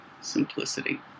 Simplicity